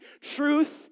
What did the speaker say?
truth